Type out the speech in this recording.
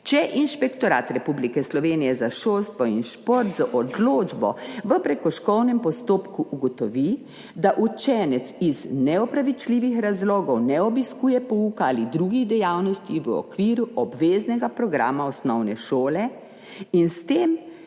če Inšpektorat Republike Slovenije za šolstvo in šport z odločbo v prekrškovnem postopku ugotovi, da učenec iz neopravičljivih razlogov ne obiskuje pouka ali drugih dejavnosti v okviru obveznega programa osnovne šole in o tem